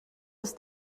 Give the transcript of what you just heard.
ist